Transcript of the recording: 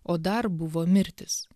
o dar buvo mirtys